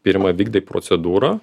pirma vykdai procedūrą